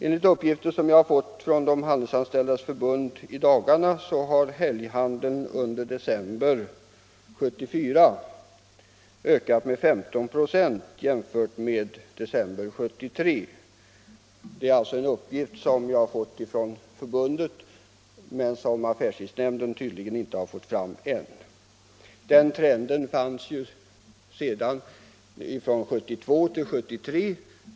Enligt uppgifter som jag har fått från Handelsanställdas förbund i dagarna ökade helghandeln under december 1974 med 15 96 jämfört med december 1973. Den uppgiften har affärstidsnämnden tydligen ännu inte fått fram. Det fanns samma trend från 1972 och 1973.